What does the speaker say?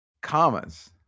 Commas